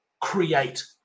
create